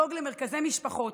לדאוג למרכזי משפחות,